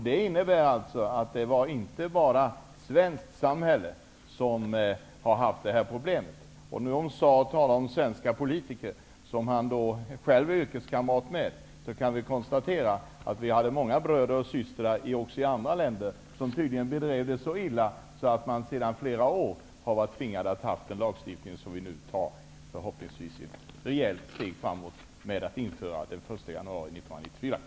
Det är alltså inte bara det svenska samhället som har upplevt problemet i fråga. Claus Zaar talade om svenska politiker som är kamrater till honom själv. Då kan jag bara konstatera att vi har många bröder och systrar också i andra länder som tydligen drivit dessa frågor så illa att de sedan flera år tillbaka varit tvingade att ha den här diskuterade lagstiftningen. Förhoppningsvis tar vi nu ett rejält steg framåt, mot ett införande av nämnda lagstiftning den 1 januari